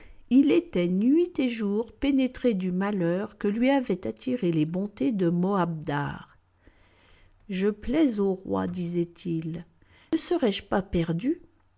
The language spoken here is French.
il était nuit et jour pénétré du malheur que lui avaient attiré les bontés de moabdar je plais au roi disait-il ne serai-je pas perdu